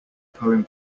poem